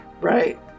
right